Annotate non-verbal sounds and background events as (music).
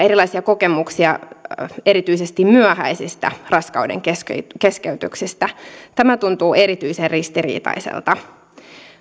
(unintelligible) erilaisia kokemuksia erityisesti myöhäisistä raskaudenkeskeytyksistä tämä tuntuu erityisen ristiriitaiselta